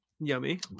Yummy